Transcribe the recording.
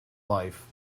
life